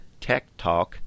techtalk